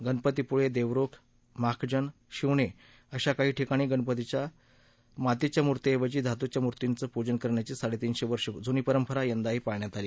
गणपतीपूळे देवरूख माखजन शिवने अशा काही ठिकाणी मातीच्या मूर्तीऐवजी धातूच्या मूर्तीचं पूजन करण्याची साडेतीनशे वर्षं जूनी प्रथा यंदाही पाळण्यात आली